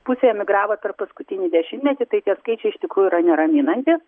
pusė emigravo per paskutinį dešimtmetį tai tie skaičiai iš tikrųjų yra neraminantys